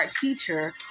teacher